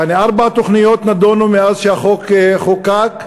יעני ארבע תוכניות נדונו מאז שהחוק חוקק,